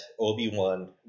Obi-Wan